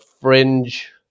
fringe